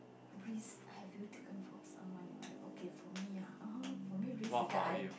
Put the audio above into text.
risk have you taken for someone you okay for me ah (uh huh) for me risks is that I